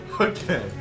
Okay